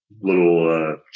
little